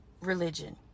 religion